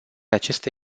aceste